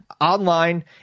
online